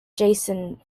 jason